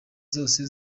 zose